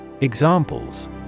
Examples